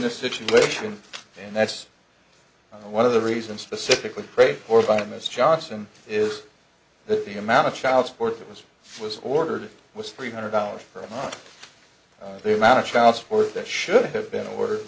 the situation in that's one of the reasons specifically prayed for by miss johnson is that the amount of child support that was was ordered was three hundred dollars for a month the amount of child support that should have been order